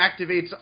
activates